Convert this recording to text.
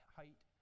height